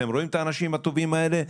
אתם רואים את האנשים הטובים האלה?